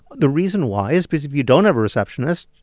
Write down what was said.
the reason why is because if you don't have a receptionist,